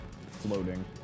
floating